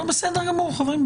חברים,